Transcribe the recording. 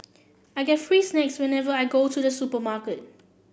I get free snacks whenever I go to the supermarket